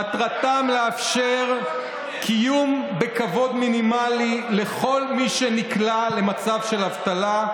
מטרתם לאפשר קיום בכבוד מינימלי לכל מי שנקלע למצב של אבטלה.